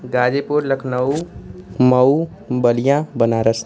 Ghazipur Lucknow Mau Ballia Banaras